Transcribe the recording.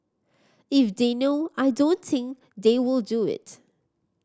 if they know I don't think they will do it